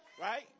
right